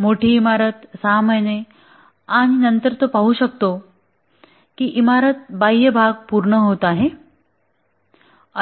मोठी इमारत 6 महिने आणि नंतर तो पाहू शकतो की इमारत बाह्य भाग पूर्ण होत आहे